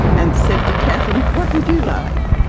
and said to kath, and what would you like?